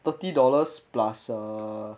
thirty dollars plus err